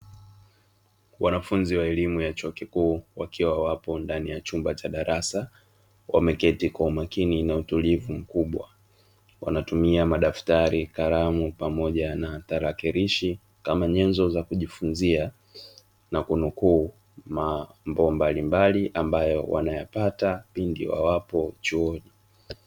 Wanafunzi wa elimu ya chuo kikuu wakiwa wapo ndani ya chumba cha darasa wameketi kwa umakini na utulivu mkubwa wanatumia madaftari, kalamu pamoja na tarakilishi kama nyenzo za kujifunzia na kunukuu mambo mbalimbali ambayo wanayapata pindi wa wapo chuo.